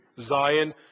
Zion